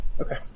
Okay